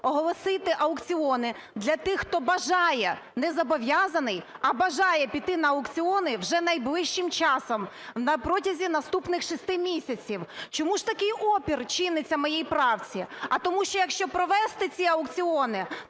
оголосити аукціони для тих, хто бажає, не зобов'язаний, а бажає піти на аукціони вже найближчим часом, протягом наступних 6 місяців. Чому ж такий опір чиниться моїй правці? А тому що, якщо провести ці аукціони,